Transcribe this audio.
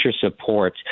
support